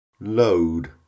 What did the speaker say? load